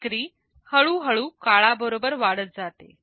विक्री हळूहळू काळाबरोबर वाढत जाते